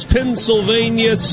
Pennsylvania